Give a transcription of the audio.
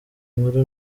nkuru